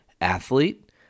athlete